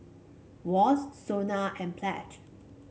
Wall's Sona and Pledge